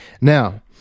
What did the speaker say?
Now